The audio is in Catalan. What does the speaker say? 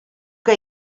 que